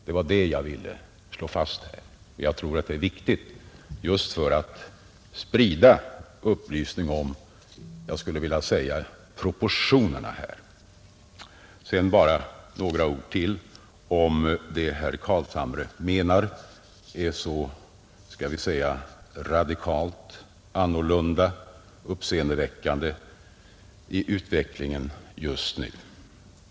Det var det jag ville slå fast, och jag tror att det är viktigt just att sprida upplysning om proportionerna. Sedan bara några ord till om det herr Carlshamre menar är så radikalt annorlunda och uppseendeväckande i utvecklingen just nu!